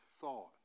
thought